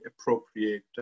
appropriate